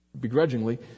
begrudgingly